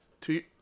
Two